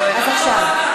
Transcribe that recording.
ועדה.